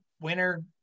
winner